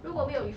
okay